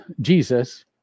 Jesus